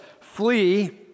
flee